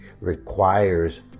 requires